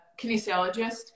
kinesiologist